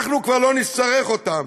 אנחנו כבר לא נצטרך אותם,